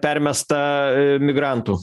permesta migrantų